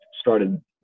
started